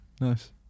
Nice